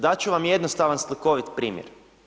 Dati ću vam jednostavan slikovit primjer.